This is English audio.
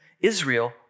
Israel